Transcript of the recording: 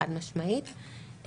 חד-משמעית,